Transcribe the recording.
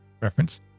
reference